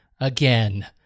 again